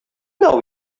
know